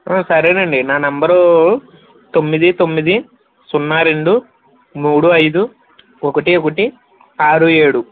సరేనండి నా నెంబరు తొమ్మిది తొమ్మిది సున్నా రెండు మూడు ఐదు ఒకటి ఒకటి ఆరు ఏడు